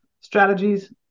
strategies